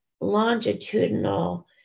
longitudinal